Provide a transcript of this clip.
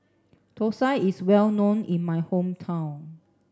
Thosai is well known in my hometown